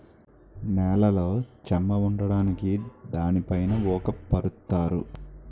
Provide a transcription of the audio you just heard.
నేలలో చెమ్మ ఉండడానికి దానిపైన ఊక పరుత్తారు